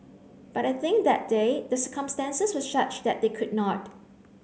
but I think that day the circumstances were such that they could not